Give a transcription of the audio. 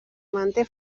manté